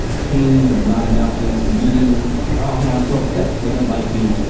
pain of not-enoughness, needing, oh man i'm so upset because they didn't like me.